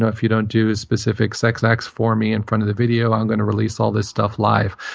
if you don't do specific sex acts for me in front of the video, i'm going to release all this stuff live.